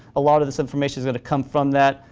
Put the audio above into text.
a lot of this information going to come from that,